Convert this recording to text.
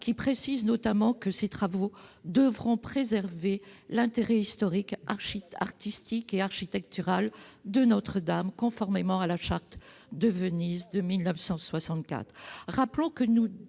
qui précise notamment que ces travaux devront préserver l'intérêt historique, artistique et architectural de Notre-Dame conformément à la charte de Venise de 1964.